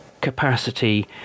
capacity